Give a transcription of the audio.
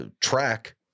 track